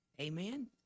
Amen